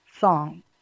song